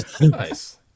Nice